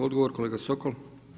Odgovor kolega Sokol.